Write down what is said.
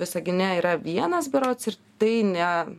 visagine yra vienas berods ir tai ne